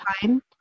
time